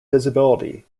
visibility